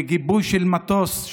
בגיבוי של מטוס,